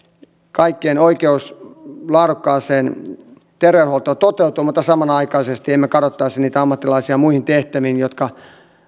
kaikkien oikeus laadukkaaseen terveydenhuoltoon toteutuu mutta samanaikaisesti emme kadottaisi muihin tehtäviin niitä ammattilaisia jotka